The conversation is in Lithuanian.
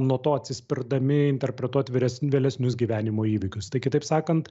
nuo to atsispirdami interpretuoti vyresni vėlesnius gyvenimo įvykius tai kitaip sakant